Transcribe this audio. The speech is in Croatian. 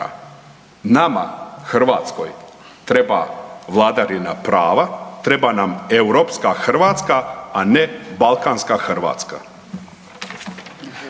Nama Hrvatskoj treba vladavina prava, treba nam europska Hrvatska, a ne balkanska Hrvatska.